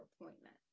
appointment